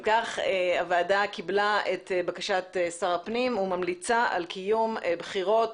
הוועדה קיבלה את בקשת שר הפנים וממליצה על קיום בחירות